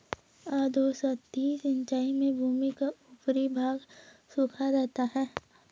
अधोसतही सिंचाई में भूमि का ऊपरी भाग सूखा रहता है